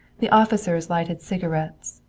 the officers lighted cigarettes.